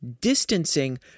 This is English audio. Distancing